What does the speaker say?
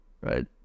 right